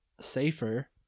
safer